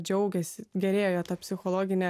džiaugiasi gerėja ta psichologinė